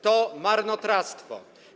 To marnotrawstwo.